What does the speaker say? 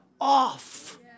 off